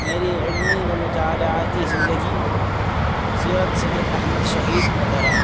میری علمی و مطالعاتی زندگی سیرت سید احمد شہید وغیرہ